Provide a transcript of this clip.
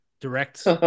direct